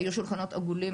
היו שולחנות עגולים,